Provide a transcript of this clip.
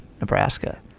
Nebraska